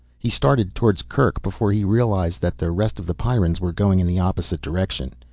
he started towards kerk, before he realized that the rest of the pyrrans were going in the opposite direction.